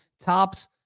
tops